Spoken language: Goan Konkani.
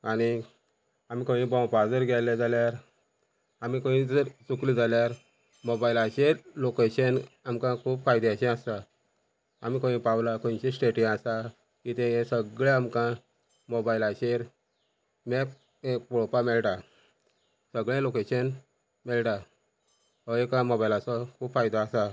आनी आमी खंयीय भोंवपा जर गेले जाल्यार आमी खंयी जर चुकले जाल्यार मोबायलाचेर लोकेशन आमकां खूब फायद्याचें आसा आमी खंय पावला खंयची स्टेटी आसा कितें हें सगळें आमकां मोबायलाचेर मॅप पळोवपा मेळटा सगळे लोकेशन मेळटा हो एक मोबायलाचो खूब फायदो आसा